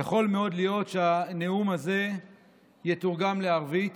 יכול להיות מאוד להיות שהנאום הזה יתורגם לערבית